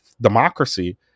democracy